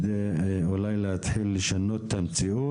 על מנת אולי להתחיל ולשנות את המציאות.